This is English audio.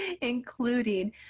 including